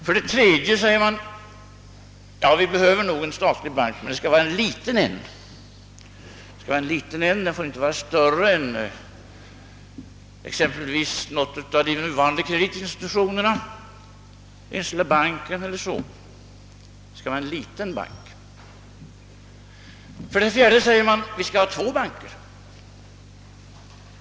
För det tredje säger man att vi behöver en statlig bank, men det skall vara en liten bank, den får inte vara större än någon av de nuvarande kreditinstitutionerna, t.ex. Enskilda Banken. För det fjärde säger man att vi skall ha två banker.